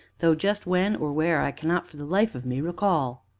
though just when, or where, i cannot for the life of me recall.